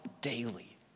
daily